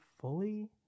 fully